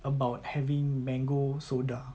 about having mango soda